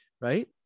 right